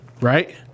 right